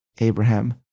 Abraham